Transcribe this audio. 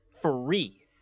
free